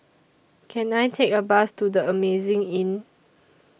Can I Take A Bus to The Amazing Inn